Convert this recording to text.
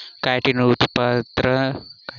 chitin उत्पन्न करय बला जीव बड़ कम अछि